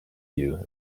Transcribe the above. you